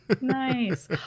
nice